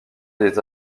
les